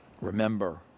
Remember